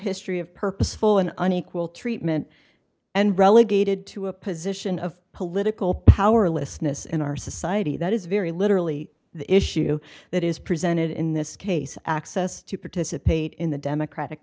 history of purposeful an unequal treatment and relegated to a position of political powerlessness in our society that is very literally the issue that is presented in this case access to participate in the democratic